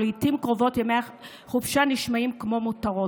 ולעיתים קרובות ימי חופשה נשמעים כמו מותרות.